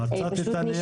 מצאת את הנייר?